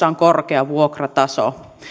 on korkea vuokrataso